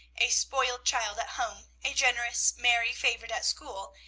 a spoiled child at home, a generous, merry favorite at school,